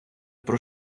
про